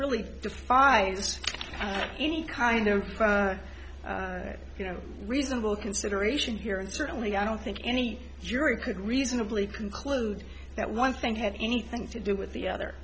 really defines any kind of you know reasonable consideration here and certainly i don't think any jury could reasonably conclude that one thing had anything to do with the other